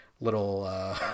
little